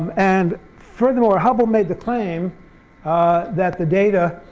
and furthermore, hubble made the claim that the data